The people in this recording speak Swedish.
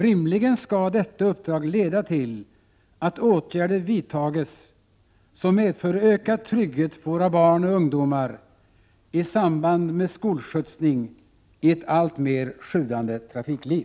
Rimligen skall detta uppdrag leda till att åtgärder vidtas som medför ökad trygghet för våra barn och ungdomar i samband med skolskjutsning i ett alltmer sjudande trafikliv.